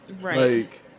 Right